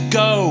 go